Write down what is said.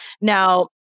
Now